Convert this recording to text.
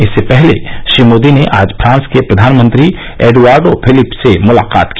इससे पहले श्री मोदी ने आज फ्रांस के प्रधानमंत्री एड्आर्डो फिलिप से मुलाकात की